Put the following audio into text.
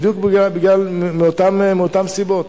בדיוק מאותן סיבות.